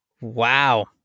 Wow